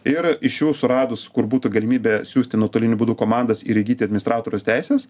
ir iš jų suradus kur būtų galimybė siųsti nuotoliniu būdu komandas ir įgyti administratoriaus teises